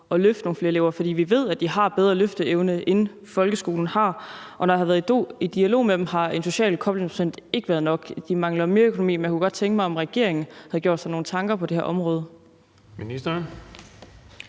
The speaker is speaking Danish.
at løfte nogle flere elever. For vi ved, at de har bedre løfteevne, end folkeskolen har, og når jeg har været i dialog med dem, har en enkelt koblingsprocent ikke været nok, for de mangler mere økonomi. Men jeg kunne godt tænke mig at vide, om regeringen har gjort sig nogle tanker på det her område. Kl.